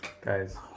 guys